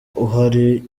uhari